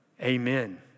Amen